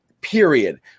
Period